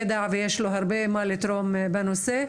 היום יום שלישי ה- 18 לינואר 2022,